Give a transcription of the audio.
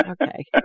Okay